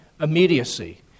immediacy